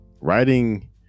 Writing